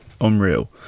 unreal